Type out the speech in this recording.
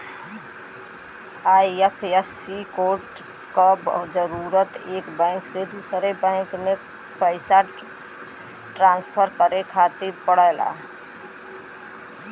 IFSC code क जरूरत एक बैंक से दूसरे बैंक में पइसा ट्रांसफर करे खातिर पड़ला